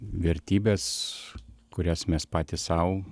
vertybes kurias mes patys sau